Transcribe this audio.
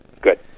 Good